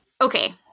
okay